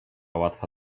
łatwa